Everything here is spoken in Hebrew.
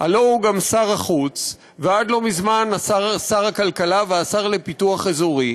הלוא הוא גם שר החוץ ועד לא מזמן שר הכלכלה והשר לפיתוח אזורי.